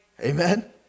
Amen